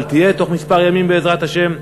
אבל תהיה תוך מספר ימים בעזרת השם.